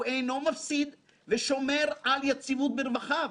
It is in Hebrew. אינו מפסיד ושומר על יציבות ברווחיו.